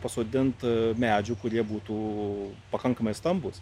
pasodint medžių kurie būtų pakankamai stambūs